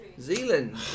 Zealand